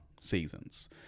seasons